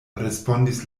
respondis